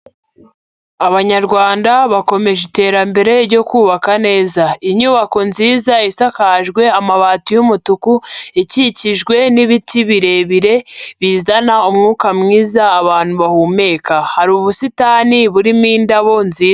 Abanyarwanda bakomeje iterambere ryo kubaka neza. Inyubako nziza isakajwe amabati y'umutuku, ikikijwe n'ibiti birebire, bizana umwuka mwiza abantu bahumeka. Hari ubusitani burimo indabo nzi...